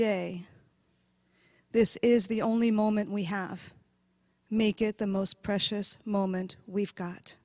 day this is the only moment we have make it the most precious moment we've got